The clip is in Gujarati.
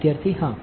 વિદ્યાર્થી હા